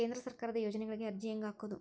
ಕೇಂದ್ರ ಸರ್ಕಾರದ ಯೋಜನೆಗಳಿಗೆ ಅರ್ಜಿ ಹೆಂಗೆ ಹಾಕೋದು?